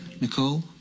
Nicole